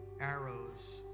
arrows